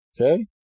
Okay